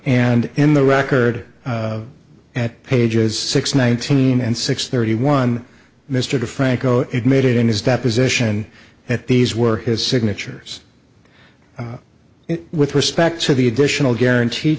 and in the record at pages six nineteen and six thirty one mr de franco it made it in his deposition that these were his signatures with respect to the additional guarantee